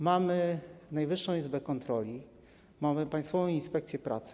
Mamy Najwyższą Izbę Kontroli, mamy Państwową Inspekcję Pracy.